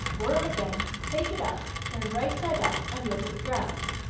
whirl again, take it up, turn right side up, and look at the grounds.